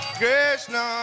Krishna